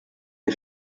der